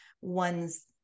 one's